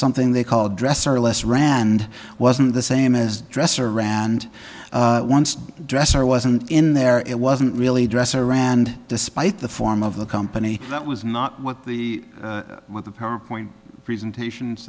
something they call dress or less rand wasn't the same as dresser rand once the dresser wasn't in there it wasn't really dresser rand despite the form of the company that was not what the what the powerpoint presentation